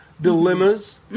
dilemmas